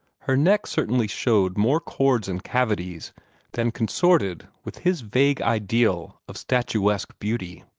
her neck certainly showed more cords and cavities than consorted with his vague ideal of statuesque beauty.